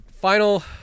final